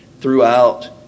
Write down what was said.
throughout